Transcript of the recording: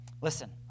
Listen